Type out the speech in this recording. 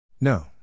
No